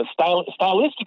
stylistically